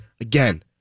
Again